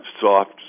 soft